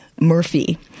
Murphy